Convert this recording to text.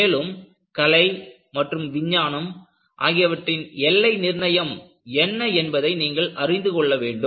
மேலும் கலை மற்றும் விஞ்ஞானம் ஆகியவற்றின் எல்லை நிர்ணயம் என்ன என்பதை நீங்கள் அறிந்து கொள்ள வேண்டும்